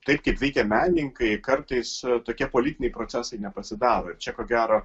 taip kaip veikia menininkai kartais tokie politiniai procesai nepasidaro ir čia ko gero